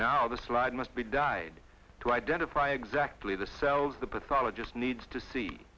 now the slide must be dyed to identify exactly the cells the pathologist needs to see